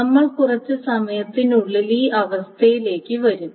നമ്മൾ കുറച്ച് സമയത്തിനുള്ളിൽ ഈ അവസ്ഥയിലേക്ക് വരും